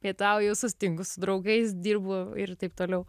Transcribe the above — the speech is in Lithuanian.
pietauju susitinku su draugais dirbu ir taip toliau